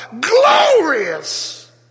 glorious